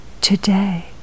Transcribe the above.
today